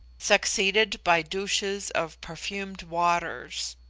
succeeded by douches of perfumed waters.